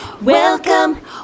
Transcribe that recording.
Welcome